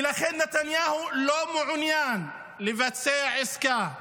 ולכן נתניהו לא מעוניין לבצע עסקה.